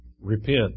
Repent